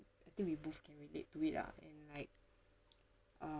I think we both can relate to it lah and like